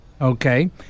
Okay